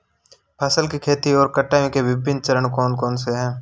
फसल की खेती और कटाई के विभिन्न चरण कौन कौनसे हैं?